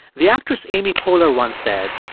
the actress amy poehler once said,